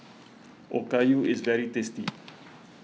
Okayu is very tasty